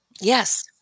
Yes